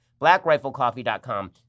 BlackRifleCoffee.com